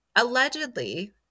Allegedly